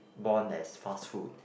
born as fast food